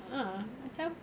ah macam